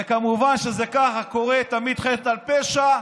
כמובן שזה ככה קורה תמיד, זה חטא על פשע,